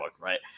right